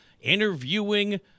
interviewing